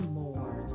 more